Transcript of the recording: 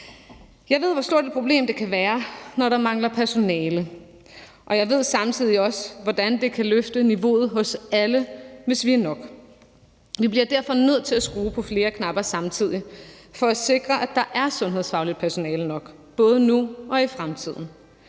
Jeg ved, hvor stort et problem det kan være, når der mangler personale. Jeg ved samtidig også, hvordan det kan løfte niveauet hos alle, hvis vi er nok. Vi bliver derfor nødt til at skrue på flere knapper samtidig for at sikre, at der er sundhedsfagligt personale nok, både nu og i fremtiden.